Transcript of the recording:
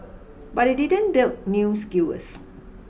but they didn't build new skewers